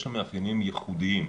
יש שם מאפיינים ייחודיים.